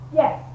yes